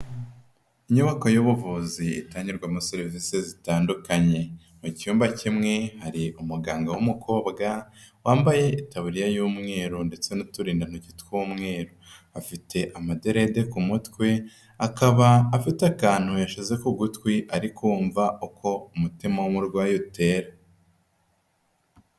Inyubako y'ubuvuzi itangirwamo serivisi zitandukanye, mu cyumba kimwe hari umuganga w'umukobwa wambaye itaburiya y'umweru ndetse n'uturindantoki tw'umweru. Afite amaderede ku mutwe akaba afite akantu yashyize ku gutwi ari kumva uko umutima w'umurwayi utera.